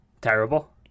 Terrible